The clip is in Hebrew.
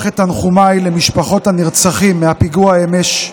את תנחומיי למשפחות הנרצחים מהפיגוע אמש,